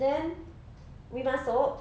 then we masuk